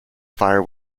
fire